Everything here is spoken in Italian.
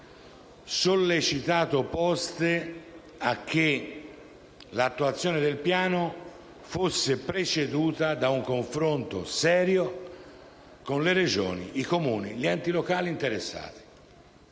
sollecitato Poste a che l'attuazione del piano fosse preceduta da un confronto serio con le Regioni, i comuni e gli enti locali interessati,